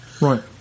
Right